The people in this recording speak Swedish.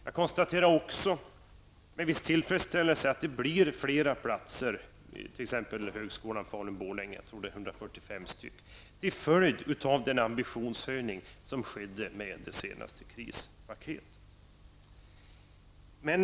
Jag konstaterar med en viss tillfredsställelse att det blir fler platser vid högskolan Falun/Borlänge -- jag tror att det är 145 stycken -- till följd av den ambitionshöjning som skedde i samband med det senaste krispaketet.